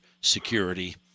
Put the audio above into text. security